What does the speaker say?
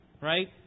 Right